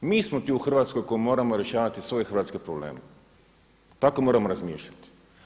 Mi smo ti u Hrvatskoj koji moramo rješavati svoje hrvatske probleme, tako moramo razmišljati.